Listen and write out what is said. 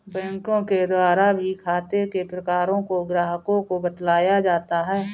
बैंकों के द्वारा भी खाते के प्रकारों को ग्राहकों को बतलाया जाता है